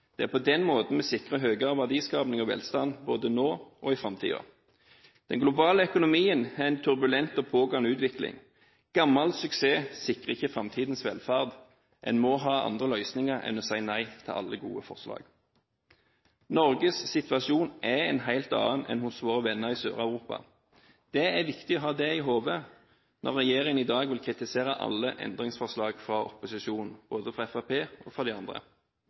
Det er på den måten vi sikrer høyere verdiskaping og velstand, både nå og framtiden. Den globale økonomien har en turbulent og pågående utvikling. Gammel suksess sikrer ikke framtidens velferd – en må ha andre løsninger enn å si nei til alle gode forslag. Norges situasjon er en helt annen enn hos våre venner i Sør-Europa. Det er viktig å ha det i hodet når regjeringen i dag vil kritisere alle endringsforslag fra opposisjonen, både fra Fremskrittspartiet og fra de andre.